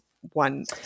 one